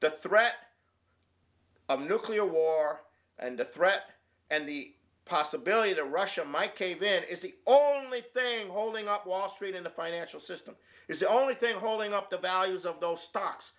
the threat of nuclear war and the threat and the possibility the russian my cave it is the only thing holding up wall street in the financial system is the only thing holding up the values of those stocks